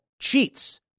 cheats